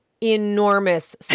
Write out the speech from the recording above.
enormous